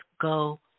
go